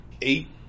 eight